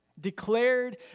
declared